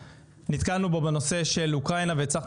לייצר איזשהו מסלול ירוק של כניסה של